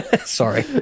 sorry